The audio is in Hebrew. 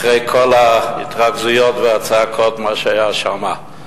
אחרי כל ההתרגזויות והצעקות, מה שהיה שם,